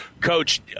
Coach